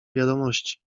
wiadomości